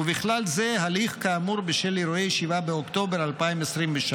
ובכלל זה הליך כאמור בשל אירועי 7 באוקטובר 2023,